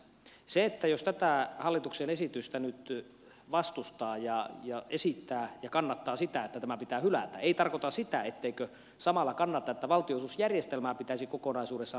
se että jos tätä hallituksen esitystä nyt vastustaa ja esittää ja kannattaa sitä että tämä pitää hylätä ei tarkoita sitä etteikö samalla kannata että valtionosuusjärjestelmää pitäisi kokonaisuudessaan tarkistella